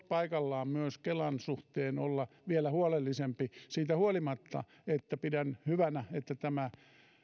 paikallaan myös kelan suhteen olla vielä huolellisempi siitä huolimatta että pidän hyvänä että tämä